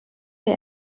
der